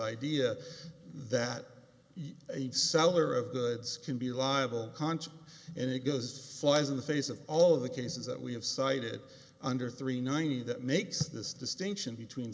idea that a seller of goods can be liable koncz and it goes flies in the face of all of the cases that we have cited under three ninety that makes this distinction between